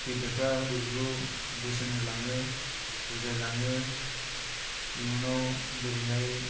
गेदेरफोरा उन्दैफोरखौ बोसोन होलाङो बुजायलाङो इउनाव बोरैहाय